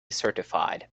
certified